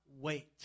wait